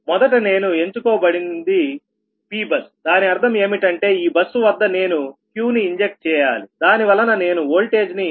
మొదట నేను ఎంచుకోబడింది Pబస్ దాని అర్థం ఏమిటి అంటే ఈ బస్సు వద్ద నేను Qని ఇంజెక్ట్ చేయాలి దాని వలన నేను ఓల్టేజ్ ని1